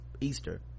easter